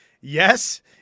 Yes